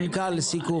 המנכ"ל, לסיכום.